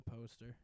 poster